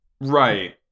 Right